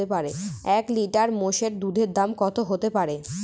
এক লিটার মোষের দুধের দাম কত হতেপারে?